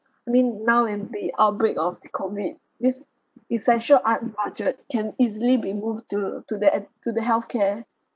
I mean now in the outbreak of the COVID this essential art budget can easily be moved to to the at~ to the healthcare